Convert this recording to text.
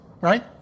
right